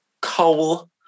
coal